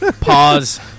Pause